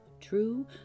True